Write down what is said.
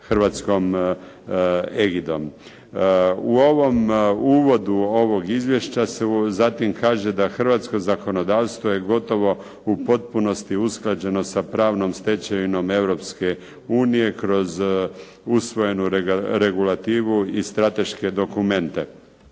hrvatskom egidom. U ovom uvodu ovog izvješća se zatim kaže da hrvatsko zakonodavstvo je gotovo u potpunosti usklađeno sa pravnom stečevinom Europske unije kroz usvojenu regulativu i strateške dokumente.